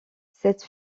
cette